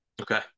Okay